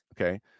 okay